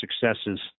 successes